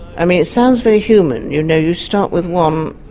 i mean it sounds very human, you know you start with one,